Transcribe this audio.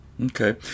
okay